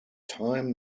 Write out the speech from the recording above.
time